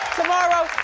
tomorrow,